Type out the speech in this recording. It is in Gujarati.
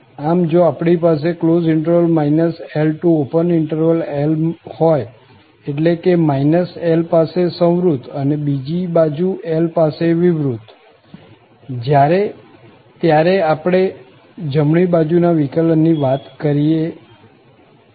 આમ જો આપણી પાસે LL હોય એટલે કે L પાસે સંવૃત અને બીજી બાજુ L પાસે વિવૃત ત્યારે આપણે જમણી બાજુ ના વિકલન ની વાત કરીતે છીએ